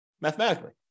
mathematically